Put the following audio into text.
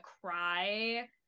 cry